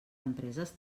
empreses